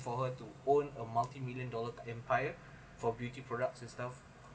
for her to own a multi million dollar empire for beauty products and stuff